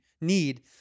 need